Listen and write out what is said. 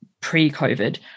pre-COVID